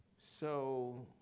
so